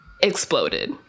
exploded